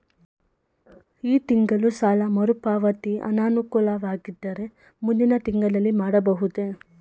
ಈ ತಿಂಗಳು ಸಾಲ ಮರುಪಾವತಿ ಅನಾನುಕೂಲವಾಗಿದ್ದರೆ ಮುಂದಿನ ತಿಂಗಳಲ್ಲಿ ಮಾಡಬಹುದೇ?